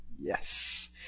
Yes